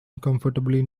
comfortably